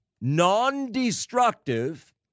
non-destructive